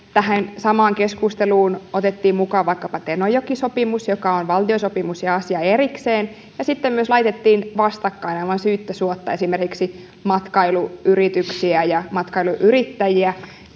tähän samaan keskusteluun otettiin mukaan vaikkapa tenojoki sopimus joka on valtiosopimus ja asia erikseen ja sitten laitettiin vastakkain aivan syyttä suotta myös esimerkiksi matkailuyrityksiä ja matkailuyrittäjiä